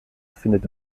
findet